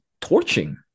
torching